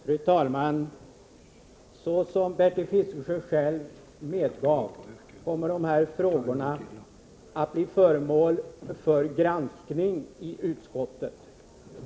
Fru tälman! Såsom Bertil Fiskesjö själv medgav kommer dessa frågor att bli föremål, för granskning i konstitutionsutskottet.